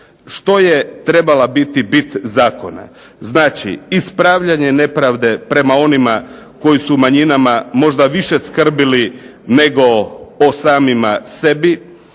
što je trebala biti bit zakona. Znači, ispravljanje nepravde prema onima koji su možda o manjinama više skrbili nego o samima sebi,